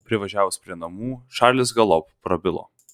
privažiavus prie namų čarlis galop prabilo